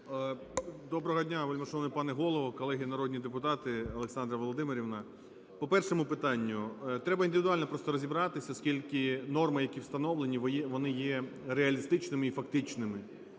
Доброго дня, вельмишановний пане Голово, колеги народні депутати, Олександра Володимирівна! По першому питанню. Треба індивідуально просто розібратися, оскільки норми, які встановлені, вони є реалістичними і фактичними,